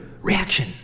reaction